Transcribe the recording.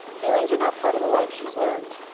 feelings are not part of the life she's learned.